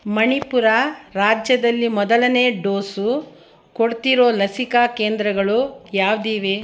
ಮಣಿಪುರ ರಾಜ್ಯದಲ್ಲಿ ಮೊದಲನೇ ಡೋಸು ಕೊಡ್ತಿರೋ ಲಸಿಕಾ ಕೇಂದ್ರಗಳು ಯಾವಿವೆ